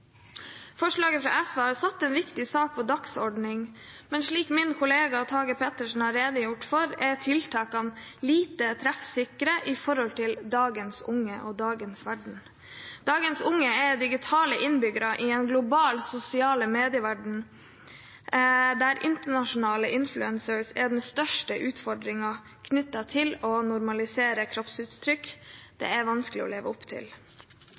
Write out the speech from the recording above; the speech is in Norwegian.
Forslaget fra SV har satt en viktig sak på dagsordenen, men slik min kollega Tage Pettersen har redegjort for, er tiltakene lite treffsikre overfor dagens unge og i dagens verden. Dagens unge er digitale innbyggere i en global sosial medieverden, der internasjonale influencere er den største utfordringen knyttet til å normalisere kroppsuttrykk det er vanskelig å leve opp til.